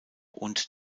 und